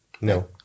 No